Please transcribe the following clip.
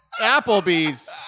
Applebee's